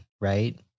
right